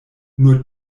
nur